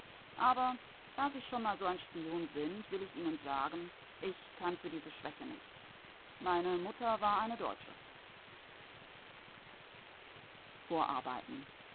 aber da sie schon mal so ein spion sind will ich ihnen sagen ich kann für diese schwäche nichts meine mutter war eine deutsche vorarbeiten